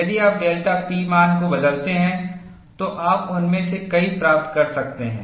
यदि आप delta P मान को बदलते हैं तो आप उनमें से कई प्राप्त कर सकते हैं